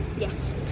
Yes